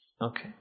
okay